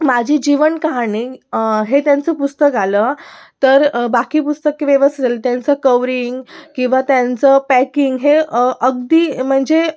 माझी जीवन कहाणी हे त्यांचं पुस्तक आलं तर बाकी पुस्तके व्यवस्थित आली त्यांचं कवरिंग किंवा त्यांचं पॅकिंग हे अगदी म्हणजे